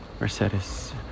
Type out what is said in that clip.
Mercedes